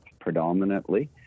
predominantly